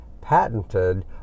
patented